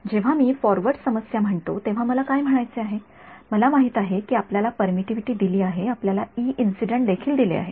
जेव्हा मी फॉरवर्ड समस्या म्हणतो तेव्हा मला काय म्हणायचे आहे आपल्याला माहित आहे की आपल्याला परमिटिव्हिटी दिली आहे आपल्याला इ इन्सिडन्ट देखील दिले आहे